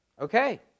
Okay